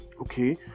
okay